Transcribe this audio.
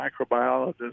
microbiologist